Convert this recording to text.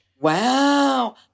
Wow